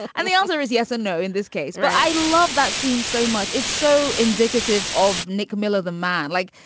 and and the answer is yes and no in this case but i love that scene so much. it's so indicative of nick miller, the man. like,